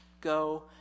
go